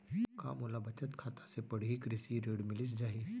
का मोला बचत खाता से पड़ही कृषि ऋण मिलिस जाही?